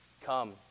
Come